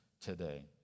today